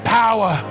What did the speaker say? power